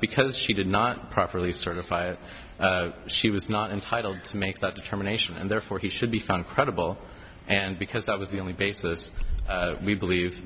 because she did not properly certify it she was not entitled to make that determination and therefore he should be found credible and because that was the only basis we believe